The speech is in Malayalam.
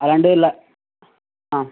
അത് രണ്ടും അല്ല ആ